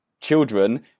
children